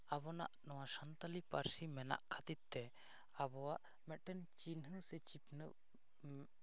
ᱟᱵᱚᱱᱟᱜ ᱱᱚᱣᱟ ᱥᱟᱱᱛᱟᱞᱤ ᱯᱟᱹᱨᱥᱤ ᱢᱮᱱᱟᱜ ᱠᱷᱟᱹᱛᱤᱨ ᱛᱮ ᱟᱵᱚᱣᱟᱜ ᱢᱤᱫᱴᱟᱱ ᱪᱤᱱᱦᱟᱹ ᱥᱮ ᱪᱤᱛᱟᱹᱨ